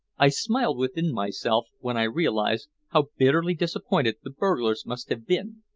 i smiled within myself when i realized how bitterly disappointed the burglars must have been,